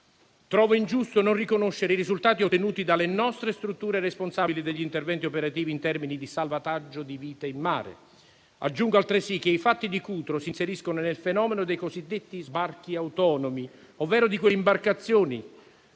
trovo ingiusto non riconoscere i risultati ottenuti dalle nostre strutture responsabili degli interventi operativi in termini di salvataggio di vite in mare. Aggiungo altresì che i fatti di Cutro si inseriscono nel fenomeno dei cosiddetti sbarchi autonomi, ovvero di quelle imbarcazioni,